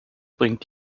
bringt